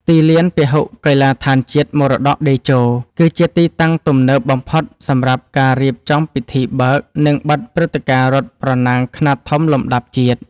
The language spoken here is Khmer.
ទីលានពហុកីឡដ្ឋានជាតិមរតកតេជោ គឺជាទីតាំងទំនើបបំផុតសម្រាប់ការរៀបចំពិធីបើក និងបិទព្រឹត្តិការណ៍រត់ប្រណាំងខ្នាតធំលំដាប់ជាតិ។